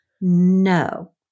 No